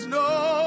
no